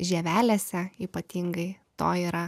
žievelėse ypatingai to yra